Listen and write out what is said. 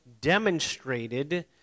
demonstrated